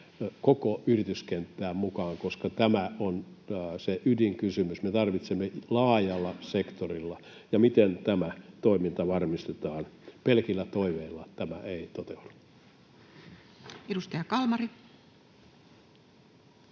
koko yrityskenttään mukaan, koska tämä on se ydinkysymys — me tarvitsemme laajaa sektoria. Miten tämä toiminta varmistetaan? Pelkillä toiveilla tämä ei toteudu. Edustaja Kalmari.